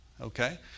Okay